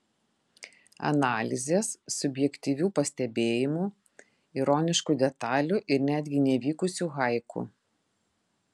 analizės subjektyvių pastebėjimų ironiškų detalių ir netgi nevykusių haiku